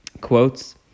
Quotes